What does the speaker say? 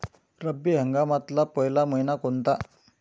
रब्बी हंगामातला पयला मइना कोनता?